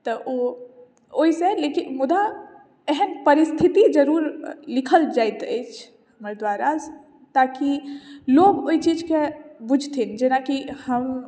तऽ ओ ओहिसँ लेकिन मुदा एहन परिस्थिति जरूर लिखल जाइत अछि हमर दुआरा ताकि लोक ओहि चीज के बूझथिन जेनाकि हम